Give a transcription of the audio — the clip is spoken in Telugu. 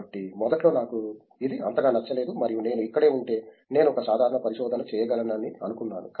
కాబట్టి మొదట్లో నాకు ఇది అంతగా నచ్చలేదు మరియు నేను ఇక్కడే ఉంటే నేను ఒక సాధారణ పరిశోధన చేయగలనని అనుకున్నాను